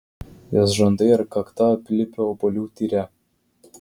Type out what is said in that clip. jos žandai ir kakta aplipę obuolių tyre